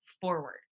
forward